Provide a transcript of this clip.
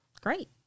great